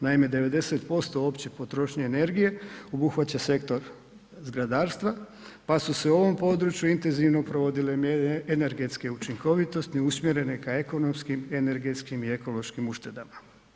Naime, 90% opće potrošnje energije obuhvaća sektor zgradarstva pa su se u ovom području intenzivno provodile mjere energetske učinkovitosti usmjerene ka ekonomskim, energetskim i ekološkim uštedama.